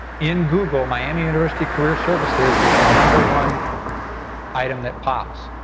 in google, miami university career services is the number one item that pops.